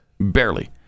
Barely